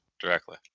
directly